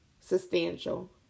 Substantial